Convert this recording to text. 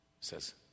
says